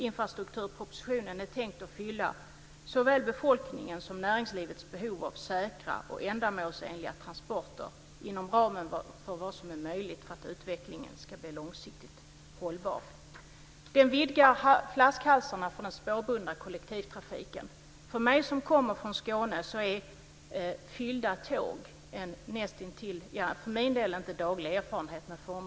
Infrastrukturpropositionen är tänkt att fylla såväl befolkningens som näringslivets behov av säkra och ändamålsenliga transporter inom ramen för vad som är möjligt för att utvecklingen ska bli långsiktigt hållbar. Den vidgar flaskhalsarna för den spårbundna kollektivtrafiken. Jag kommer från Skåne. För många skåningar är fyllda tåg en nästintill daglig erfarenhet.